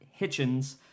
Hitchens